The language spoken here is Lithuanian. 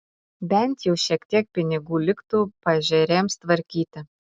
bent jau šiek tiek pinigų liktų paežerėms tvarkyti